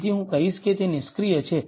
તેથી હું કહીશ કે તે નિષ્ક્રિય છે